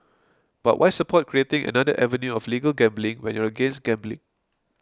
but why support creating another avenue of legal gambling when you against gambling